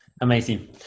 amazing